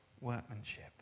workmanship